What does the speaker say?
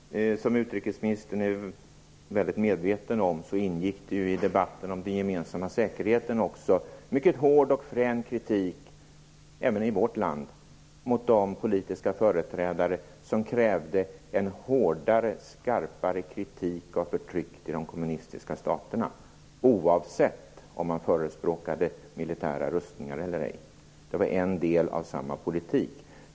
Fru talman! Som utrikesministern är väl medveten om ingick det i debatten om den gemensamma säkerheten även i vårt land en mycket hård och frän kritik mot de politiska företrädare som krävde en hårdare och skarpare kritik av förtrycket i de kommunistiska staterna, oavsett om man förespråkade militära rustningar eller ej. Det var en del av samma politik.